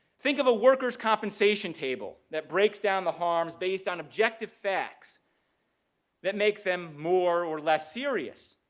think of a workers compensation table that breaks down the harms based on objective facts that makes them more or less serious,